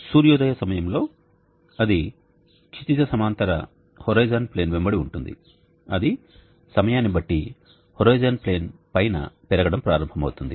సూర్యోదయ సమయంలో అది క్షితిజ సమాంతర హోరిజోన్ ప్లేన్ వెంబడి ఉంటుంది అది సమయాన్ని బట్టి హోరిజోన్ ప్లేన్ పైన పెరగడం ప్రారంభమవుతుంది